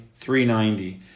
390